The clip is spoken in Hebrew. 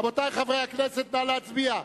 רבותי, נא להצביע.